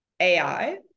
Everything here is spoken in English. AI